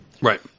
Right